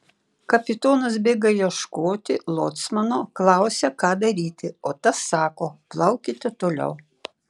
kapitonas bėga ieškoti locmano klausia ką daryti o tas sako plaukite toliau